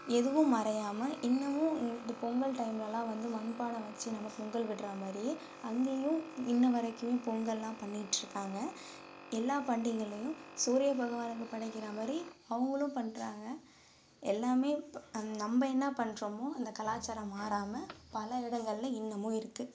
எதுவும் மறையாமல் இன்னமும் இந்த பொங்கல் டைம்லேலாம் வந்து மண் பானை வச்சு நம்ம பொங்கல் விட்டுறா மாதிரியே அங்கேயும் இன்னை வரைக்குமே பொங்கல்லாம் பண்ணிட்டுயிருக்காங்க எல்லா பண்டிகள்லையும் சூரிய பகவானுக்கு படைக்கிறா மாதிரி அவங்களும் பண்ணுறாங்க எல்லாமே இப்போ நம்ம என்ன பண்ணுறமோ அந்த கலாச்சாரம் மாறாமல் பல இடங்களில் இன்னமும் இருக்குது